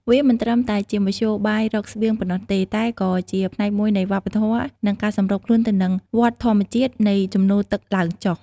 វាមិនត្រឹមតែជាមធ្យោបាយរកស្បៀងប៉ុណ្ណោះទេ តែក៏ជាផ្នែកមួយនៃវប្បធម៌ និងការសម្របខ្លួនទៅនឹងវដ្តធម្មជាតិនៃជំនោរទឹកឡើងចុះ។